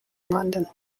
london